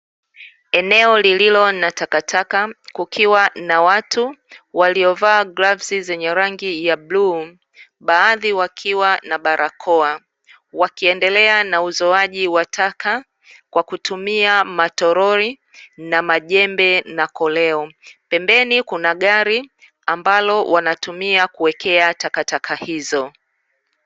Eneo lililo na takataka kukiwa na watu waliovaa glavs zenye rangi ya bluu, baadhi wakiwa na barakoa wakiendelea na uzoaji wa taka, kwa kutumia matoroli, na majembe na koleo pembeni kuna gari ambalo wanatumia kuwekea takataka hizo.